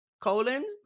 colon